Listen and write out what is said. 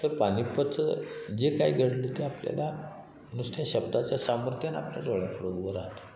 तर पानिपतचं जे काय घडलं ते आपल्याला नुसत्या शब्दाच्या सामर्थ्यानं डोळ्यापुढं उभं राहतं